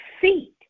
feet